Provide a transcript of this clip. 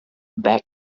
back